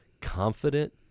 confident